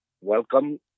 welcome